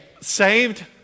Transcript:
Saved